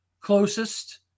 closest